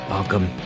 Welcome